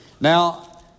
Now